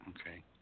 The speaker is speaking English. Okay